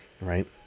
right